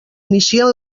inicien